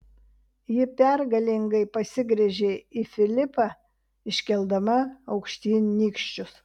ji pergalingai pasigręžė į filipą iškeldama aukštyn nykščius